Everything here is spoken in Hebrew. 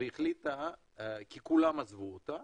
כי כולם עזבו אותה